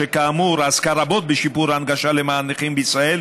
שכאמור עסקה רבות בשיפור הנגשה למען נכים בישראל,